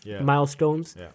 milestones